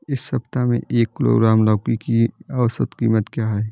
इस सप्ताह में एक किलोग्राम लौकी की औसत कीमत क्या है?